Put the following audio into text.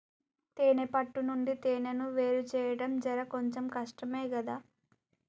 తేనే పట్టు నుండి తేనెను వేరుచేయడం జర కొంచెం కష్టమే గదా